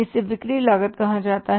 इसे बिक्री लागत कहा जाता है